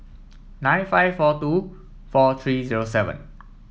nine five four two four three zero seven